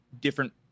different